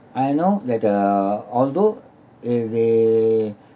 I know that the although if they